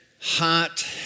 hot